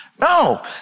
No